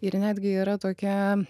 ir netgi yra tokia